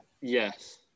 Yes